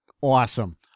Awesome